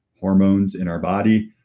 hormones in our body.